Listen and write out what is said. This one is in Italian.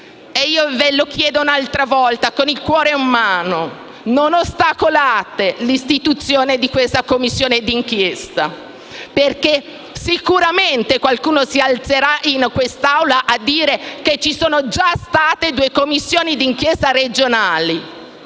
chiedo pertanto un'altra volta, con il cuore in mano, di non ostacolare l'istituzione di questa Commissione d'inchiesta, perché sicuramente qualcuno si alzerà in quest'Aula a dire che ci sono già state due commissioni d'inchiesta regionali.